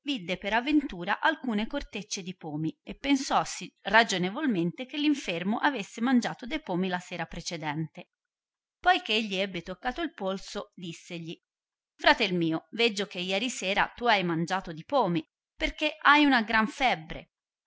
per aventura alcune corteccie di pomi e pensossi ragionevolmente che l infermo avesse mangiato de pomi la sera precedente poi che gli ebbe toccato il polso dissegli fratel mio veggio che ieri sera tu hai mangiato di pomi perchè hai una gran febbre